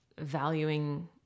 valuing